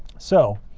so